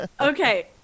okay